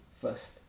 first